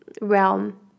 realm